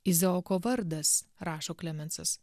izaoko vardas rašo klemensas